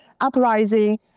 uprising